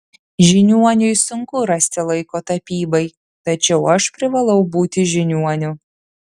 žiniuoniui sunku rasti laiko tapybai tačiau aš privalau būti žiniuoniu